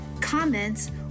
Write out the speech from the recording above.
comments